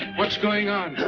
what's going on?